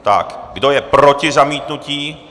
Tak kdo je proti zamítnutí?